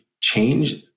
change